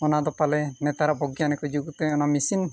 ᱚᱱᱟ ᱫᱚ ᱯᱟᱞᱮ ᱱᱮᱛᱟᱨ ᱵᱤᱜᱽᱜᱟᱱᱤ ᱠᱚ ᱡᱩᱜᱽᱛᱮ ᱚᱱᱟ